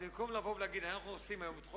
אז במקום להגיד: אנחנו עושים היום את חוק